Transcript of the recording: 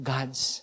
God's